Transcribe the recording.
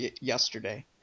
yesterday